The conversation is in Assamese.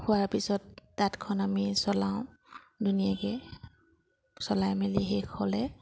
হোৱাৰ পিছত তাঁতখন আমি চলাওঁ ধুনীয়াকৈ চলাই মেলি শেষ হ'লে